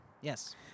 Yes